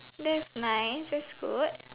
that's nice that's good